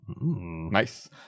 Nice